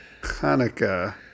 Hanukkah